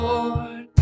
Lord